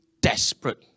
desperate